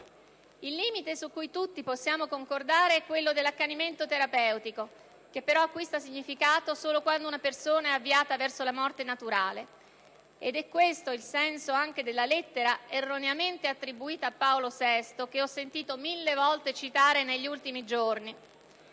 Il limite su cui tutti possiamo concordare è quello dell'accanimento terapeutico che, però, acquista significato solo quando una persona è avviata verso la morte naturale. Ed è questo il senso anche della lettera erroneamente attribuita a Paolo VI, che ho sentito mille volte citare negli ultimi giorni.